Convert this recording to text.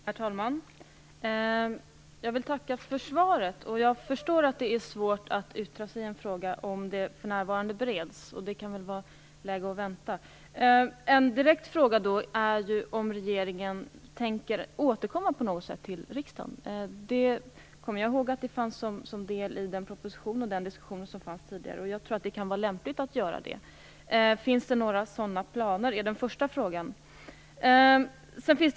Herr talman! Jag vill tacka för svaret. Jag förstår att det är svårt att yttra sig i en fråga som för närvarande bereds. Det kan då vara läge för att vänta. En direkt fråga är om regeringen på något sätt tänker återkomma till riksdagen. Jag kommer ihåg att det fanns som en del i propositionen och i den tidigare diskussionen. Jag tror att det kan vara lämpligt att göra det. Den första frågan är: Finns det några sådana planer?